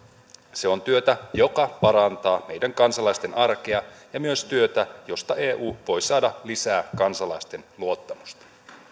se on työtä joka parantaa meidän kansalaisten arkea ja myös työtä josta eu voi saada lisää kansalaisten luottamusta